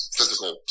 physical